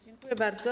Dziękuję bardzo.